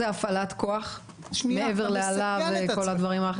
אבל אז זה הפעלת כוח מעבר לאלה ולכל הדברים האחרים?